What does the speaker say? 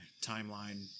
timeline